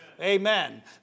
Amen